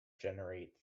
generate